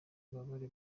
ububabare